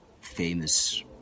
famous